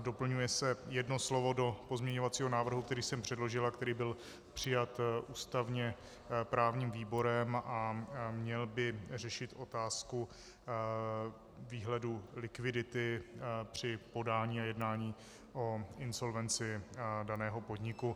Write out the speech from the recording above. Doplňuje se jedno slovo do pozměňovacího návrhu, který jsem předložil a který byl přijat ústavněprávním výborem a měl by řešit otázku výhledu likvidity při podání a jednání o insolvenci daného podniku.